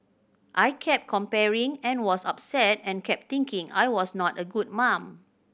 I kept comparing and was upset and kept thinking I was not a good mum